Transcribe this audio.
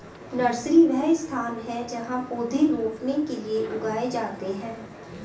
nursery, वह स्थान जहाँ पौधे रोपने के लिए उगाए जाते हैं